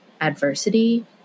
adversity